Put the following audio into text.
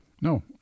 No